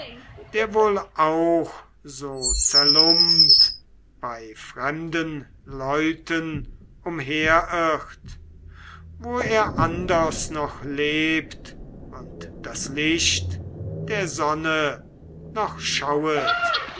der wohl auch so zerlumpt bei fremden leuten umherirrt wo er anders noch lebt und das licht der sonne noch schauet